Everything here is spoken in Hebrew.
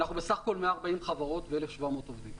אנחנו בסך הכול 140 חברות, 1,700 עובדים.